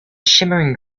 shimmering